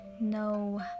no